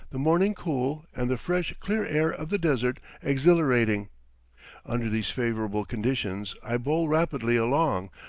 the morning cool, and the fresh, clear air of the desert exhilarating under these favorable conditions i bowl rapidly along,